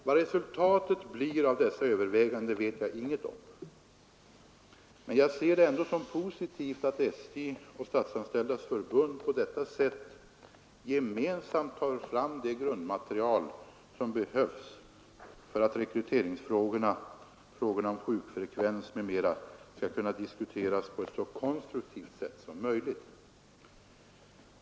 Vad resultatet blir av dessa överväganden vet jag ingenting om, men jag ser det ändå som positivt att SJ och Statsanställdas förbund på detta sätt gemensamt tar fram det grundmaterial som behövs för att rekryteringsfrågor, frågor om sjukfrekvens m.m. skall kunna diskuteras på ett så konstruktivt sätt som möjligt.